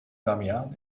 damiaan